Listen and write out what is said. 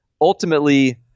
ultimately